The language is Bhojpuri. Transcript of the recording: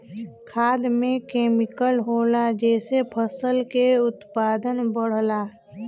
खाद में केमिकल होला जेसे फसल के उत्पादन बढ़ला